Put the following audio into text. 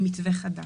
עם מתווה חדש.